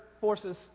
forces